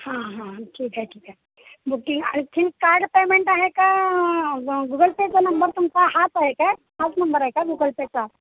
हां हां ठीक आहे ठीक आहे बुकिंग आणखीन कार्ड पेमेंट आहे का ग गुगल पेचा नंबर तुमचा हाच आहे का हाच नंबर आहे का गुगल पेचा